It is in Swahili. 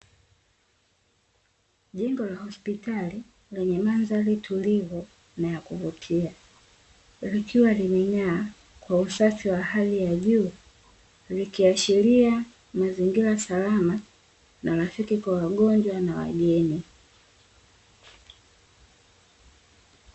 Jengo la hospitali lenye mandhari tulivu na ya kuvutia likiwa limeng'aa kwa usafi wa hali ya juu, likiashiria mazingira salama na rafiki kwa wagonjwa na wageni.